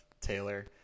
Taylor